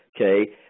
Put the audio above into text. Okay